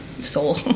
soul